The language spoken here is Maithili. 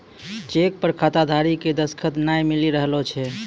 चेक पर खाताधारी के दसखत नाय मिली रहलो छै